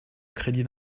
crédit